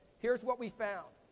here's what we found.